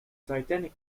titanic